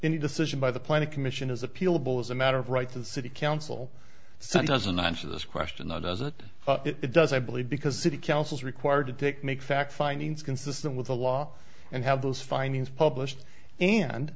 any decision by the planning commission is appealable as a matter of right to the city council so it doesn't answer this question though does it it does i believe because city councils are required to take make fact findings consistent with the law and have those findings published and